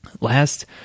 Last